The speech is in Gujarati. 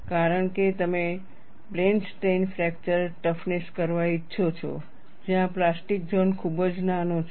કારણ કે તમે પ્લેન સ્ટ્રેઈન ફ્રેક્ચર ટફનેસ કરવા ઈચ્છો છો જ્યાં પ્લાસ્ટિક ઝોન ખૂબ જ નાનો છે